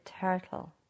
turtle